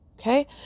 Okay